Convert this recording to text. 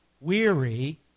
weary